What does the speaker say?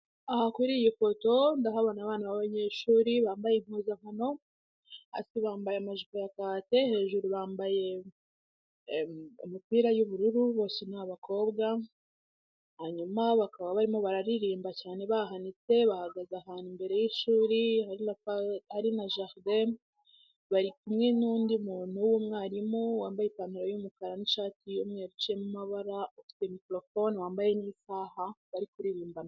Abanyeshuri bambaye impuzakano bambaye amajipo ya kaki hejuru bambaye imipira y'ubururu bari kuririmba cyane banakoma amashyi bari imbere y'ishuri hari bari kumwe n'undi muntu w 'umwarimu wambaye ipantaro yumukara n'ishati yumweru ndetse yambaye n'isaha.